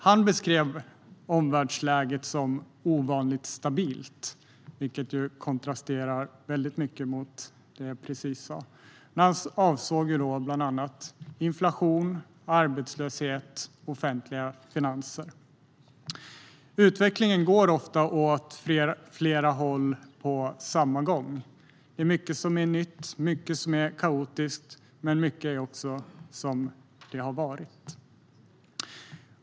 Han beskrev omvärldsläget som ovanligt stabilt, vilket kontrasterar väldigt mycket mot det jag precis sa. Han avsåg bland annat inflation, arbetslöshet och offentliga finanser. Utvecklingen går ofta åt flera håll på samma gång. Det är mycket som är nytt, mycket som är kaotiskt, men mycket är också som det har varit.